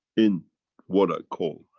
in what i call,